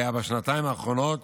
היה בשנתיים האחרונות